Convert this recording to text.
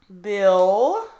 Bill